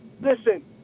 listen